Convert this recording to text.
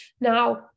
Now